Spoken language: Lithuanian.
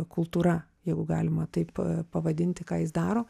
kultūra jeigu galima taip pavadinti ką jis daro